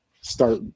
start